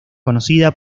conocida